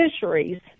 fisheries